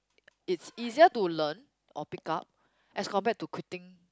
it's easier to learn or pick up as compared to quitting